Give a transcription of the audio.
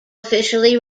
officially